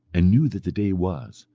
and knew that the day was,